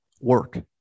Work